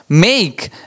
make